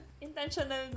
Intentional